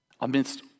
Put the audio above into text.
amidst